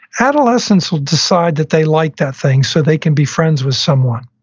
adolescents will decide that they like that thing so they can be friends with someone.